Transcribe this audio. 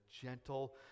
gentle